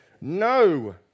no